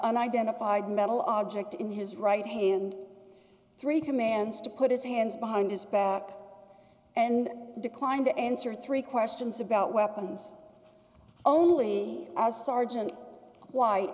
unidentified metal object in his right hand three commands to put his hands behind his back and declined to answer three questions about weapons only as sergeant wh